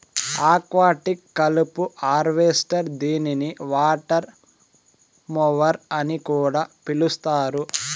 aquatic కలుపు harvester దీనిని water mower అని కూడా పిలుస్తారు